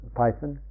python